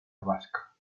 vasca